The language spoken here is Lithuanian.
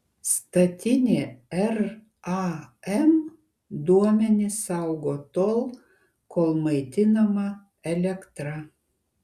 statinė ram duomenis saugo tol kol maitinama elektra